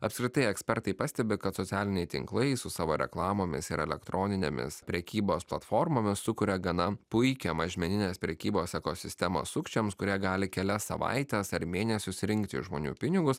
apskritai ekspertai pastebi kad socialiniai tinklai su savo reklamomis ir elektroninėmis prekybos platformomis sukuria gana puikią mažmeninės prekybos ekosistemą sukčiams kurie gali kelias savaites ar mėnesius rinkti iš žmonių pinigus